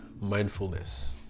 mindfulness